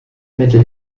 mittel